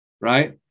Right